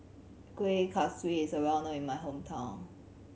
Kueh Kaswi is a well known in my hometown